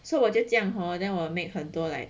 so 我就这样 hor then 我 make 很多 like